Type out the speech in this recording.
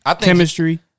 chemistry